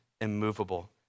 immovable